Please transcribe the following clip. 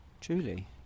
Truly